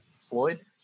Floyd